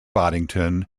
boddington